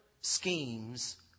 schemes